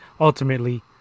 ultimately